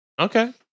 Okay